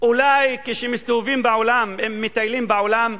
אולי כשמסתובבים בעולם, אם מטיילים בעולם,